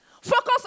focus